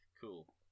Cool